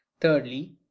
Thirdly